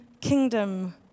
Kingdom